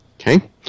Okay